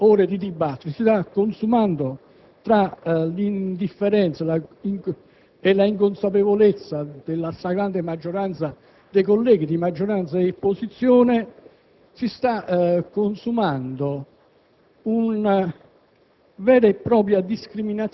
Signor Presidente, in realtà, in quest'Aula, in queste ore di dibattito, si sta consumando, tra l'indifferenza e la inconsapevolezza della stragrande maggioranza dei colleghi di maggioranza e opposizione,